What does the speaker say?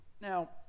Now